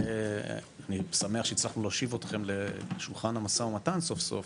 אני שמח שהצלחנו להושיב אתכם לשולחן המו"מ סוף סוף,